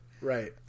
Right